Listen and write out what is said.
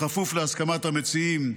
בכפוף להסכמת המציעים,